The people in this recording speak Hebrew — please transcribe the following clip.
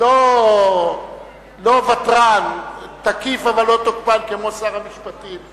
לא ותרן, תקיף אבל לא תוקפן כמו שר המשפטים?